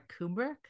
Kubrick